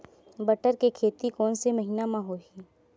बटर के खेती कोन से महिना म होही?